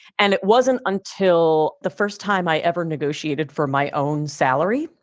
and it wasn't until the first time i ever negotiated for my own salary.